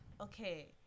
Okay